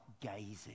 gazing